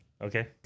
Okay